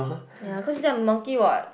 ya cause this one monkey what